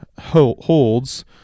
holds